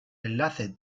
enlace